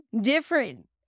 different